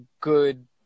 good